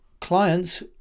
clients